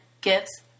gifts